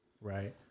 right